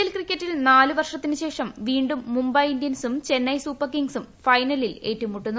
L ക്രിക്കറ്റിൽ നാല് വർഷത്തിനുശേഷം വീണ്ടും മുംബൈ ഇന്ത്യൻസും ചെന്നൈ സൂപ്പർ കിങ്ങ്സും ഫൈനലിൽ ഏറ്റുമുട്ടുന്നു